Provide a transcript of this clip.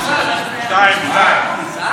הצעת החוק עברה בקריאה ראשונה,